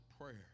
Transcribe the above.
prayer